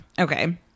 Okay